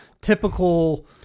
typical